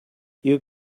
you